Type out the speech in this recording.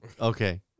Okay